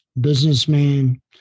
businessman